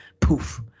poof